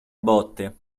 botte